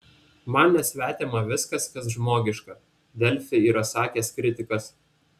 man nesvetima viskas kas žmogiška delfi yra sakęs kritikas